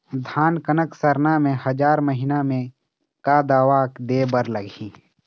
धान कनक सरना मे हजार महीना मे का दवा दे बर लगही?